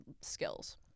skills